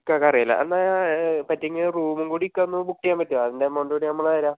ഇക്കയ്ക്ക് അറിയാമല്ലേ എന്നാൽ പറ്റുമെങ്കിൽ റൂമുംകൂടി ഇക്കയൊന്നു ബുക്ക് ചെയ്യാൻ പറ്റുമോ അതിൻ്റെ എമൗണ്ടും കൂടി നമ്മൾ തരാം